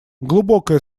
глубокое